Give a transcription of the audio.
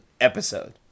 episode